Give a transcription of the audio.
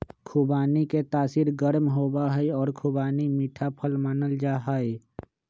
खुबानी के तासीर गर्म होबा हई और खुबानी मीठा फल मानल जाहई